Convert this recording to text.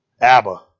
Abba